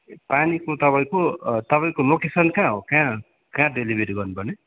पानीको तपाईँको तपाईँको लोकेसन कहाँ हो कहाँ कहाँ डेलिभेरी गर्नुपर्ने